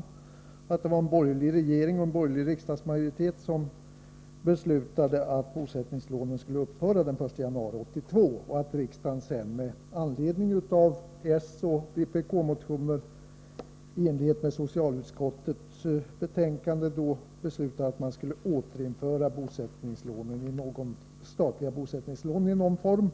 Jag nämnde att det var en borgerlig regering och en borgerlig riksdagsmajoritet som beslutade att dessa lån skulle upphöra den 1 januari 1982 och att riksdagen sedan med anledning av soch vpk-motioner i enlighet med socialutskottets betänkande beslutade att lånen skulle återinföras i någon form.